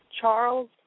Charles